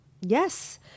Yes